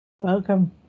Welcome